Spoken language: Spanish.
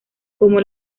como